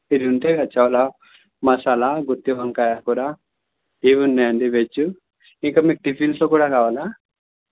ఇవి ఉంటయిగా చాలా మసాలా గుత్తి వంకాయ కూర ఇవి ఉన్నాయండి వెజ్ ఇక మీకు టిఫిన్స్లో కూడా కావాలా